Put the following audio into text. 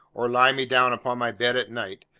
or lie me down upon my bed at night,